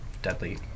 deadly